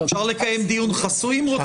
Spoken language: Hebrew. אפשר לקיים דיון חסוי אם רוצים.